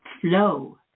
flow